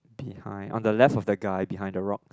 behind on the left of the guy behind the rocks